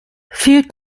field